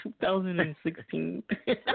2016